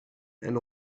and